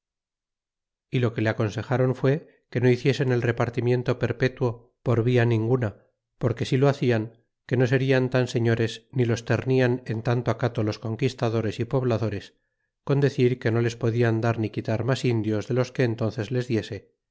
y lo que le aconsejron que no hiciesen el repartimiento perpetuo por via ninguna porque si lo hacian que no serian tan señores ni los temían en tanto acato los conquistadores y pobladores con decir que no les podia dar ni quitar mas indios de los que en tónces les diese